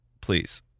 Please